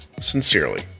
sincerely